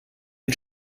den